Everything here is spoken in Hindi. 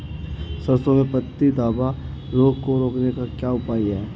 सरसों में पत्ती धब्बा रोग को रोकने का क्या उपाय है?